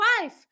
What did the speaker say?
wife